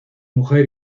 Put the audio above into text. mujer